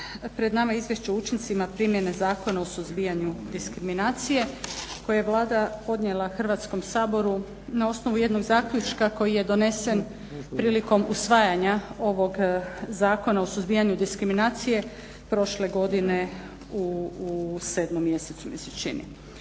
pred nama je Izvješće o učincima primjene Zakona o suzbijanju diskriminacije koje je Vlada podnijela Hrvatskom saboru na osnovu jednog zaključka koji je donesen prilikom usvajanja ovog Zakona o suzbijanju diskriminacije prošle godine u sedmom mjesecu mi se čini.